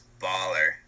baller